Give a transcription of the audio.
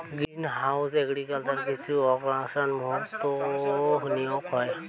green house agriculture কিছু অক্সাইডসমূহ নির্গত হয়